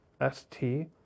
S-T